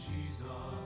Jesus